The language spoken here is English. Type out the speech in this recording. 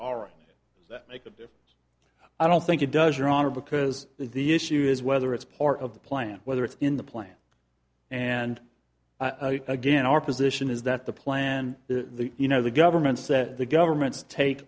could i don't think it does your honor because the issue is whether it's part of the plan whether it's in the plan and again our position is that the plan the you know the governments that the governments take